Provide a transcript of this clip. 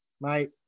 Mate